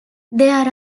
there